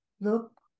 look